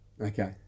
Okay